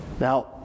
Now